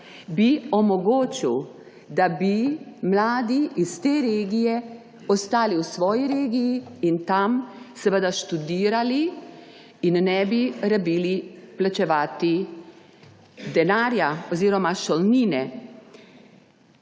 bi omogočil, da bi mladi iz te regije ostali v svoji regiji in tam študirali in ne bi rabili plačevati šolnine.